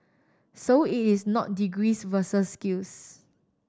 so it is not degrees versus skills